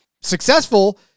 successful